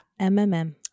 MMM